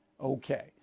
Okay